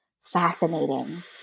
fascinating